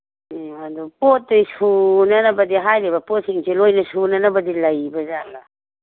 ꯎꯝ ꯑꯗꯨ ꯄꯣꯠꯇꯤ ꯁꯨꯅꯅꯕꯗꯤ ꯍꯥꯏꯔꯤꯕ ꯄꯣꯠꯁꯤꯡꯁꯦ ꯂꯣꯏꯅ ꯁꯨꯅꯅꯕꯗ ꯂꯩꯕ ꯖꯥꯠꯂ